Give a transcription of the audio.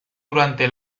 durante